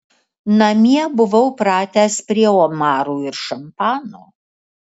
namie buvau pratęs prie omarų ir šampano